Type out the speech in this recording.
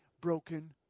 broken